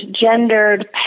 gendered